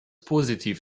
positiv